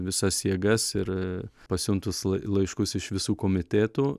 visas jėgas ir pasiuntus laiškus iš visų komitėtų